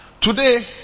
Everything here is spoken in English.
Today